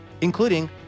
including